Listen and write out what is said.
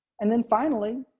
and then finally,